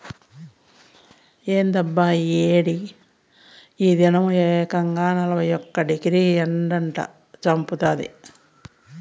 ఏందబ్బా ఈ ఏడి ఈ దినం ఏకంగా నలభై ఒక్క డిగ్రీ ఎండట చంపతాంది